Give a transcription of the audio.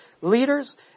leaders